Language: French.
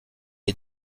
est